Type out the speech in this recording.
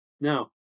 now